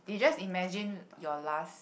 you just imagine your last